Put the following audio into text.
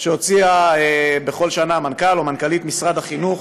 שהוציאו בכל שנה מנכ"ל או מנכ"לית משרד החינוך